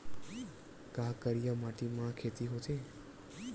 का करिया माटी म खेती होथे?